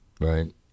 Right